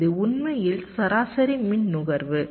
இது உண்மையில் சராசரி மின் நுகர்வு